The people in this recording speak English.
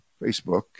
Facebook